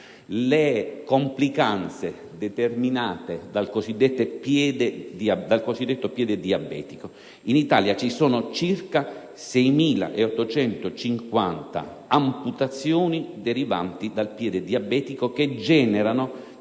complicanze determinate dal cosiddetto piede diabetico: in Italia vi sono circa 6.850 amputazioni derivanti dal piede diabetico, che generano